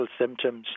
symptoms